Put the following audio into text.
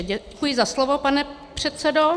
Děkuji za slovo, pane předsedo.